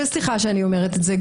וסליחה שאני אומרת את זה,